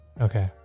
Okay